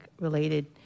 related